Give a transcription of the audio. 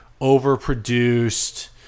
overproduced